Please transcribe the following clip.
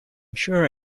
sure